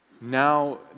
now